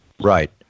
Right